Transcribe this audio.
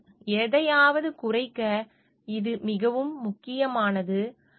ஆனால் எதையாவது குறைக்க இது மிகவும் முக்கியமானது